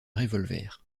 revolver